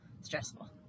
stressful